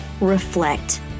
reflect